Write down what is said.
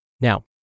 Now